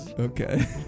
Okay